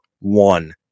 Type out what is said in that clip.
one